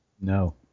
no